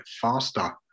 faster